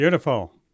Beautiful